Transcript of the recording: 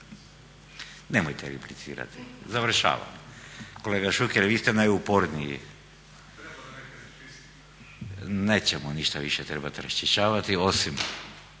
Nemojte replicirati, završavam. Kolega Šuker vi ste najuporniji. Nećemo više ništa raščišćavati osim